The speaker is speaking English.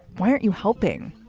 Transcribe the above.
why aren't you helping?